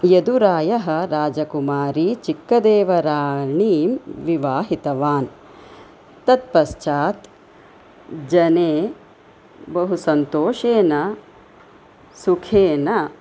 यदुरायः राजकुमारी चिक्कदेवराणीं विवाहितवान् तत्पश्चात् जने बहु सन्तोषेण सुखेन